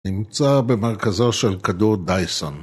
‫נמצא במרכזו של כדור דייסון.